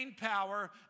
power